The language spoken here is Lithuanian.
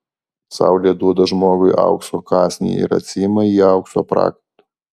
saulė duoda žmogui aukso kąsnį ir atsiima jį aukso prakaitu